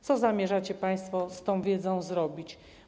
Co zamierzacie państwo z tą wiedzą zrobić?